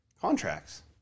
contracts